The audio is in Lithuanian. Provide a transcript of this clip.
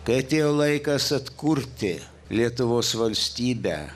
kai atėjo laikas atkurti lietuvos valstybę